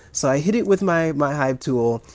so i hit it with my my hive tool,